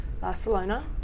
Barcelona